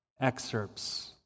excerpts